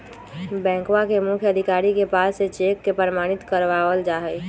बैंकवा के मुख्य अधिकारी के पास से चेक के प्रमाणित करवावल जाहई